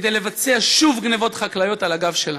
כדי לבצע שוב גנבות חקלאיות על הגב שלנו.